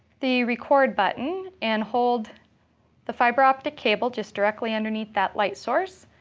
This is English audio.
the record button and hold the fiber optic cable just directly underneath that light source,